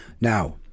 Now